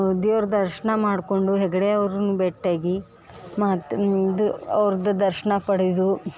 ದೇವ್ರ ದರ್ಶನ ಮಾಡಿಕೊಂಡು ಹೆಗ್ಗಡೆ ಅವ್ರನ್ನು ಭೆಟ್ಟಿಯಾಗಿ ಮತ್ತು ಮುಂದೆ ಅವ್ರ್ದು ದರ್ಶನ ಪಡೆದು